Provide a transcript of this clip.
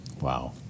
wow